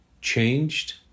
changed